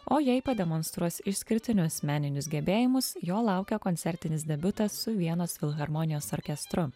o jai pademonstruos išskirtinius meninius gebėjimus jo laukia koncertinis debiutas su vienos filharmonijos orkestru